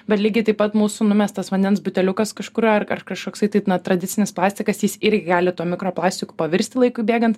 bet lygiai taip pat mūsų numestas vandens buteliukas kažkur ar ar kažkoksai tai tradicinis plastikas jis irgi gali tuo mikroplastiku pavirst laikui bėgant